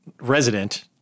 resident